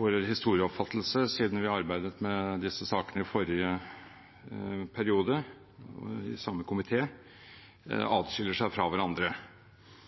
vår historieoppfattelse – siden vi arbeidet med disse sakene i forrige periode, i samme komité – adskiller seg fra hverandre.